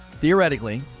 Theoretically